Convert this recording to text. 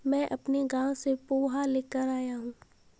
मैं अपने गांव से पोहा लेकर आया हूं